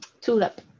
tulip